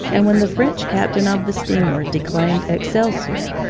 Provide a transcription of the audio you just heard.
and when the french captain of the steamer declaimed excelsior,